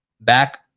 Back –